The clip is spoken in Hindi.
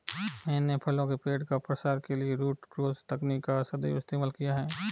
मैंने फलों के पेड़ का प्रसार के लिए रूट क्रॉस तकनीक का सदैव इस्तेमाल किया है